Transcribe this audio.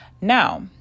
Now